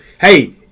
Hey